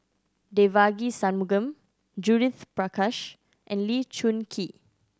Devagi Sanmugam Judith Prakash and Lee Choon Kee